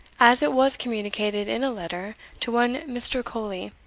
as it was communicated in a letter to one mr. colley,